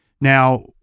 Now